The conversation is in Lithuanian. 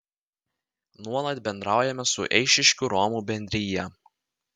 nuolat bendraujame su eišiškių romų bendrija